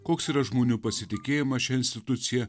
koks yra žmonių pasitikėjimas šia institucija